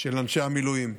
של אנשי המילואים,